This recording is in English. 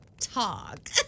talk